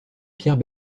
pierre